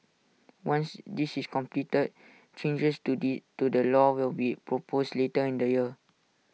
once this is completed changes to the to the law will be proposed later in the year